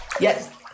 Yes